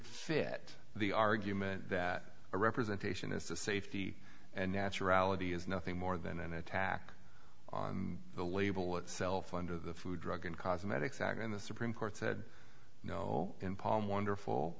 fit the argument that a representation is a safety and naturality is nothing more than an attack on the label itself under the food drug and cosmetics act and the supreme court said no in palm wonderful